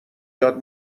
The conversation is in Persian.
یاد